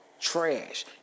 trash